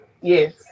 Yes